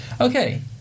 Okay